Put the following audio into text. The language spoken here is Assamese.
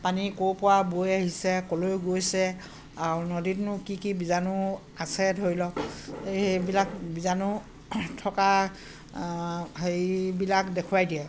পানী ক'ৰপৰা বৈ আহিছে ক'লৈ গৈছে আৰু নদীতো কি কি বীজাণু আছে ধৰি লওক এই সেইবিলাক বীজাণু থকা হেৰিবিলাক দেখুৱাই দিয়ে